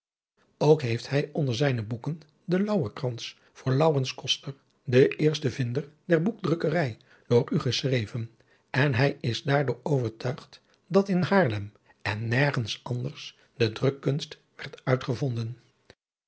ook heeft hij onder zijne boeken den lauwerkrans voor laurens koster de eerste vinder der boekdrukkerij door u geschreven en hij is daardoor overtuigd dat in haarlem en nergens anders de drukkunst werd uitgevonden